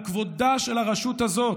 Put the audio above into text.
על כבודה של הרשות הזאת,